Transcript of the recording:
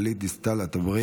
חברת הכנסת גלית דיסטל אטבריאן,